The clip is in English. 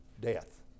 Death